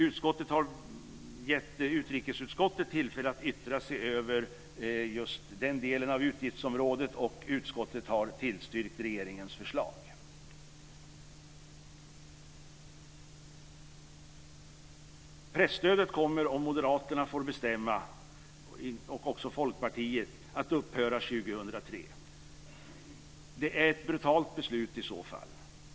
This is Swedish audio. Utskottet har gett utrikesutskottet tillfälle att yttra sig över just den delen av utgiftsområdet, och utskottet har tillstyrkt regeringens förslag. Presstödet kommer, om Moderaterna och Folkpartiet får bestämma, att upphöra 2003. Det är i så fall ett brutalt beslut.